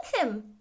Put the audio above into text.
him